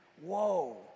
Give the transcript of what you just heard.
Whoa